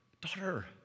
daughter